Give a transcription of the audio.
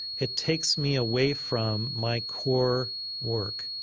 it takes me away from my core work.